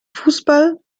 fußball